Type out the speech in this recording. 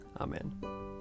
Amen